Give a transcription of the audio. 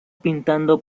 pintando